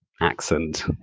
accent